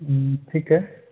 ہوں ٹھیک ہے